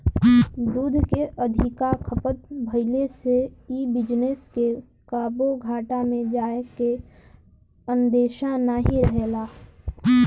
दूध के अधिका खपत भइले से इ बिजनेस के कबो घाटा में जाए के अंदेशा नाही रहेला